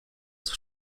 jest